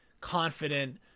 confident